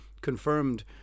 confirmed